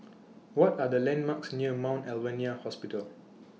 What Are The landmarks near Mount Alvernia Hospital